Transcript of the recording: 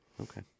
Okay